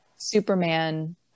superman